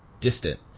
distant